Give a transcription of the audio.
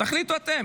תחליטו אתם,